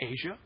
Asia